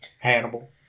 Hannibal